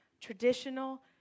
traditional